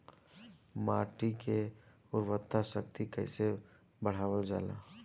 माटी के उर्वता शक्ति कइसे बढ़ावल जाला?